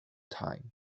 time